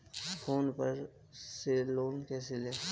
Phone पर से loan कैसे लें?